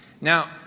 Now